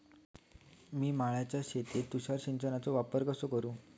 मिया माळ्याच्या शेतीत तुषार सिंचनचो वापर कसो करू?